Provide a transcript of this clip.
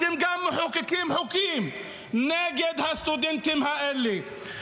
אתם גם מחוקקים חוקים נגד הסטודנטים האלה.